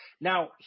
Now